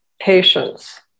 patience